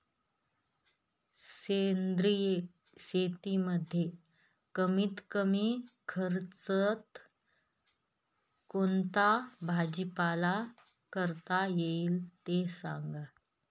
सेंद्रिय शेतीमध्ये कमीत कमी खर्चात कोणता भाजीपाला करता येईल ते सांगा